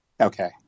Okay